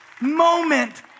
moment